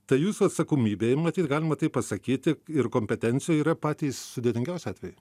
tai jūsų atsakomybėj matyt galima taip pasakyti ir kompetencijoj yra patys sudėtingiausi atvejai